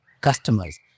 customers